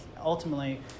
ultimately